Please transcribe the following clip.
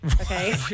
Okay